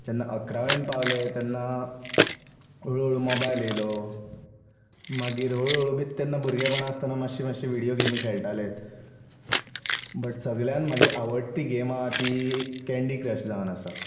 जेन्ना अकरावेंत पावले तेन्ना हळू हळू मोबायल येयलो मागीर हळू हळू तेन्ना भुरगेपणां आसतना मातशीं मातशीं व्हिडीयोगेमी खेळटाले बट सगल्यांत म्हजी आवडटी गेम आहा ती कॅंडी क्रश जावन आसा